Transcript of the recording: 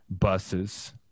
buses